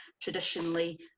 traditionally